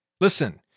Listen